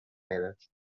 medes